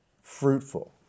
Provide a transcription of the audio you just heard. fruitful